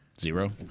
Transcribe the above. Zero